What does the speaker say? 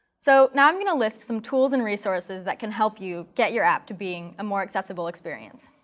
so now i'm going to list some tools and resources that can help you get your app to being a more accessible experience.